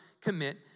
commit